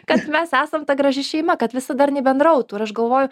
kad mes esam ta graži šeima kad visi darniai bendrautų ir aš galvoju